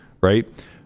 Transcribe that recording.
right